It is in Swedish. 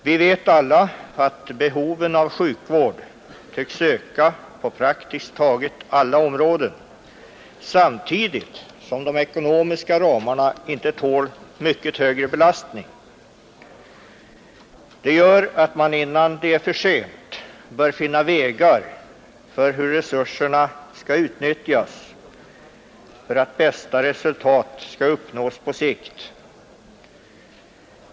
Vi vet alla att behoven av sjukvård tycks öka på praktiskt taget alla områden samtidigt som de ekonomiska ramarna inte tål mycket högre belastning. Det gör att man, innan det är för sent, bör finna vägar att utnyttja resurserna på ett sådant sätt att bästa resultat på sikt uppnås.